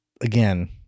again